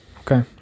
Okay